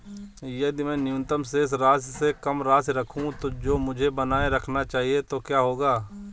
यदि मैं न्यूनतम शेष राशि से कम राशि रखूं जो मुझे बनाए रखना चाहिए तो क्या होगा?